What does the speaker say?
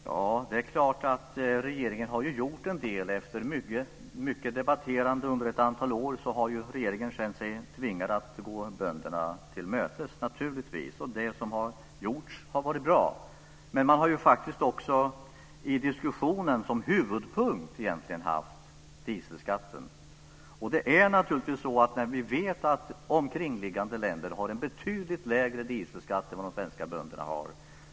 Fru talman! Det är klart att regeringen har gjort en del. Efter mycket debatterande under ett antal år har regeringen känt sig tvingad att gå bönderna till mötes, och det som har gjorts har varit bra. Men man har ju faktiskt också haft dieselskatten som huvudpunkt i diskussionen. Vi vet att omkringliggande länder har en betydligt lägre dieselskatt än vad de svenska bönderna har.